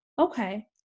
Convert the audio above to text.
okay